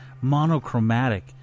monochromatic